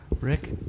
Rick